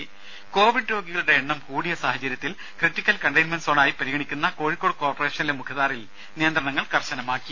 രുര കോവിഡ് രോഗികളുടെ എണ്ണം കൂടിയ സാഹചര്യത്തിൽ ക്രിട്ടിക്കൽ കണ്ടെയ്ൻമെന്റ് സോണായി പരിഗണിക്കുന്ന കോഴിക്കോട് കോർപ്പറേഷനിലെ മുഖദാറിൽ നിയന്ത്രണങ്ങൾ കർശനമാക്കി